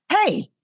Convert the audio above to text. hey